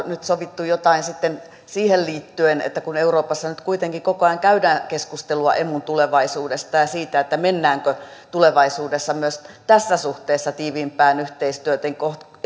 onko nyt sovittu jotain sitten siihen liittyen kun euroopassa nyt kuitenkin koko ajan käydään keskustelua emun tulevaisuudesta ja siitä mennäänkö tulevaisuudessa myös tässä suhteessa tiiviimpään yhteistyöhön